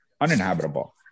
uninhabitable